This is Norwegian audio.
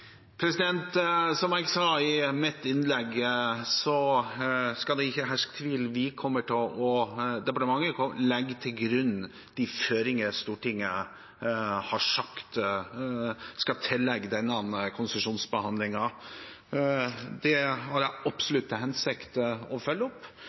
Som jeg sa i mitt innlegg, skal det ikke herske tvil: Departementet legger til grunn de føringer Stortinget har sagt skal tilligge denne konsesjonsbehandlingen. Det har jeg absolutt til hensikt å følge opp.